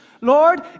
Lord